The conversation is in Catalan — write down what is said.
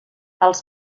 els